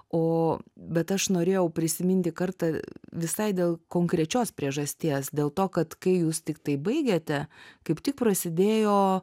o bet aš norėjau prisiminti kartą visai dėl konkrečios priežasties dėl to kad kai jūs tiktai baigėte kaip tik prasidėjo